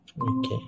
Okay